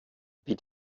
wie